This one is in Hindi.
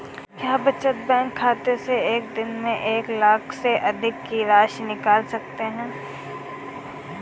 क्या बचत बैंक खाते से एक दिन में एक लाख से अधिक की राशि निकाल सकते हैं?